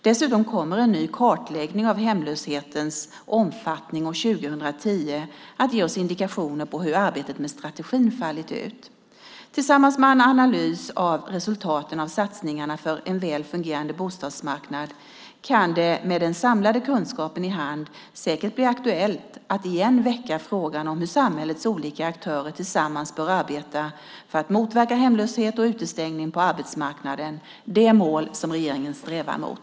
Dessutom kommer en ny kartläggning av hemlöshetens omfattning år 2010 att ge oss indikationer på hur arbetet med strategin fallit ut. Tillsammans med en analys av resultaten av satsningarna för en väl fungerande bostadsmarknad kan det med den samlade kunskapen i hand säkert bli aktuellt att igen väcka frågan om hur samhällets olika aktörer tillsammans bör arbeta för att motverka hemlöshet och utestängning på bostadsmarknaden - det mål som regeringen strävar mot.